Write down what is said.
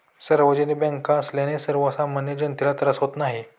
सार्वजनिक बँका असल्याने सर्वसामान्य जनतेला त्रास होत नाही